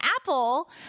Apple